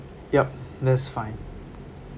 yup that's fine